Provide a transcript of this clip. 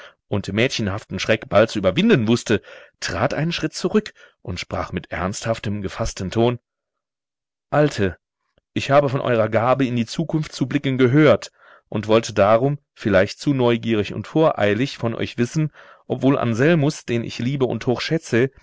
und mädchenhaften schreck bald zu überwinden wußte trat einen schritt zurück und sprach mit ernsthaftem gefaßten ton alte ich habe von eurer gabe in die zukunft zu blicken gehört und wollte darum vielleicht zu neugierig und voreilig von euch wissen ob wohl anselmus den ich liebe und